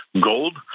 gold